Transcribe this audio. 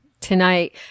tonight